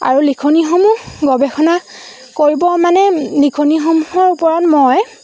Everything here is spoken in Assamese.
আৰু লিখনিসমূহ গৱেষণা কৰিব মানে লিখনিসমূহৰ ওপৰত মই